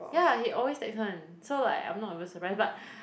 ya he always text one so like I'm not even surprise but